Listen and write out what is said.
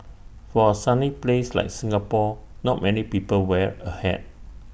for A sunny place like Singapore not many people wear A hat